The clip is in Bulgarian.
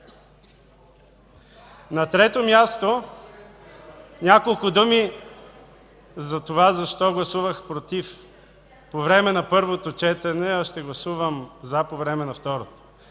На трето място, няколко думи за това защо гласувах „против” по време на първото четене, а ще гласувам „за” по време на второто.